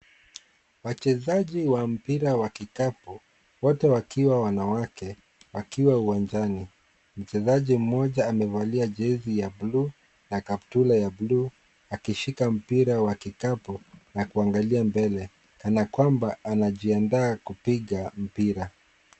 Wachezaji wa mpira wa kikapu. Wote wakiwa wanawake wakiwa uwanjani. Mchezaji mmoja amevalia jezi ya bluu na kaptula ya bluu akishika mpira wa kikapu na kuangalia mbele kana kwamba anajiandaa kupiga mpira.